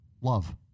Love